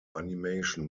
animation